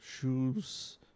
Shoes